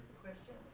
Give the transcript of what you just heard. question.